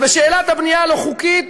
ובשאלת הבנייה הלא-חוקית